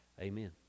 amen